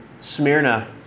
Smyrna